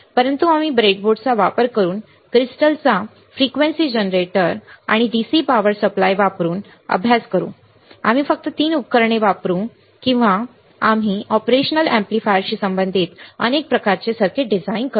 परंतु आम्ही ब्रेडबोर्डचा वापर करून ऑसिलोस्कोप फ्रिक्वेंसी जनरेटर आणि DC पॉवर सप्लाय वापरून अभ्यास करू आम्ही फक्त तीन उपकरणे वापरू आणि आम्ही ऑपरेशनल एम्पलीफायरशी संबंधित अनेक प्रकारचे सर्किट डिझाइन करू